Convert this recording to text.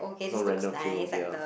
it's all random films ya